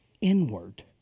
inward